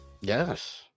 yes